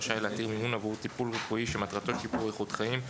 רשאי להתיר מימון עבור טיפול רפואי שמטרתו שיפור איכות חיים,